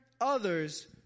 others